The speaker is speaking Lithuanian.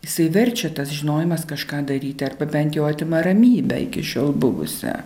išsiverčia tas žinojimas kažką daryti arba bent jau atima ramybę iki šiol buvusią